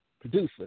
producer